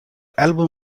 album